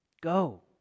Go